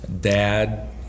Dad